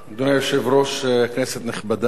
אדוני היושב-ראש, כנסת נכבדה,